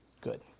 Good